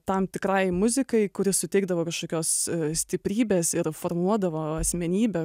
tam tikrai muzikai kuri suteikdavo kažkokios stiprybės ir formuodavo asmenybę